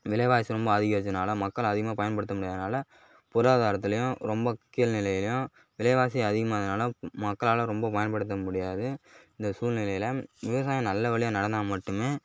விலைவாசி ரொம்ப அதிகரித்தனால மக்கள் அதிகமாக பயன்படுத்த முடியாதனாலே பொருளாதாரத்திலியும் ரொம்ப கீழ்நிலையிலியும் விலைவாசி அதிகமானதினால மக்களால் ரொம்ப பயன்படுத்த முடியாது இந்த சூழ்நிலையில் விவசாயம் நல்ல வழியா நடந்தால் மட்டுமே